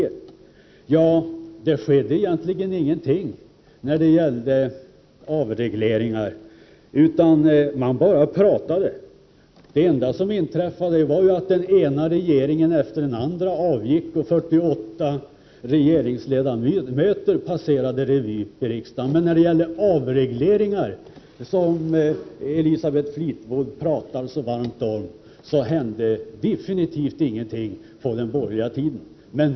Det skedde egentligen inte någonting i fråga om avregleringar, utan man pratade bara. Det enda som inträffade var att den ena regeringen efter den andra avgick och 48 regeringsledamöter passerade revy i riksdagen. Men när det gällde avregleringar, som Elisabeth Fleetwood talar så varmt för, hände absolut ingenting under de borgerliga regeringsåren.